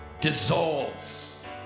dissolves